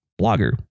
blogger